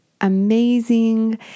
amazing